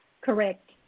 Correct